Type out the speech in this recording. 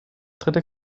dritte